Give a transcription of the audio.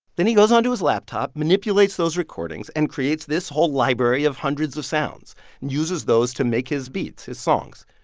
then he goes onto his laptop, manipulates those recordings and creates this whole library of hundreds of sounds and uses those to make his beats his songs.